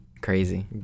crazy